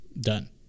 Done